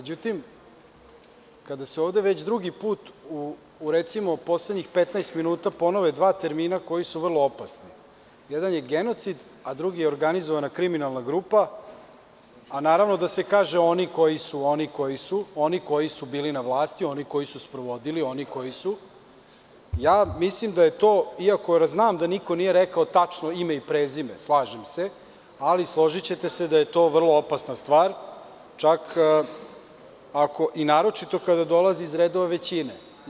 Međutim, kada se ovde već drugi put u, recimo, poslednjih 15 minuta ponove dva termina koji su vrlo opasni, jedan je genocid, a drugi je organizvoana kriminalna grupa, a naravno da se kaže – oni koji su, oni koji su bili na vlasti, oni koji su sprovodili, oni koji su, mislim da je to, iako znam da niko nije rekao tačno ime i prezime, slažem se, ali složićete se da je to vrlo opasna stvar, naročito kada dolazi iz redova većine.